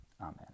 amen